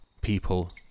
people